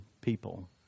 people